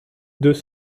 deux